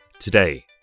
Today